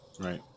Right